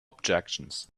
objections